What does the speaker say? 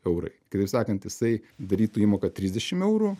eurai kitaip sakant jisai darytų įmoką trisdešim eurų